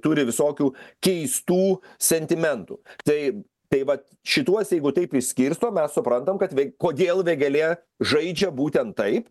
turi visokių keistų sentimentų tai tai vat šituos jeigu taip išskirstom mes suprantam kad vė kodėl vėgėlė žaidžia būtent taip